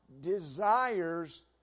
desires